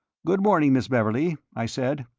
good morning, miss beverley, i said.